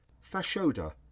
Fashoda